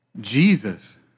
Jesus